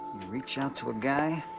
reach out to a guy,